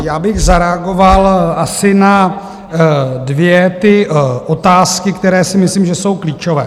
Já bych zareagoval asi na dvě ty otázky, které si myslím, že jsou klíčové.